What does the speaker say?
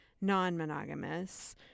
non-monogamous